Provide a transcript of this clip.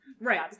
Right